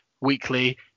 weekly